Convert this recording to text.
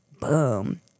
Boom